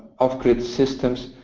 off-grid systems,